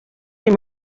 film